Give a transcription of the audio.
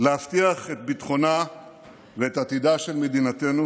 להבטיח את ביטחונה ואת עתידה של מדינתנו